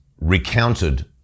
recounted